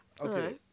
Okay